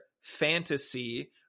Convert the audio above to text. fantasy